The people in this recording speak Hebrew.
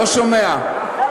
לא שומע.